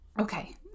Okay